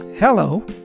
Hello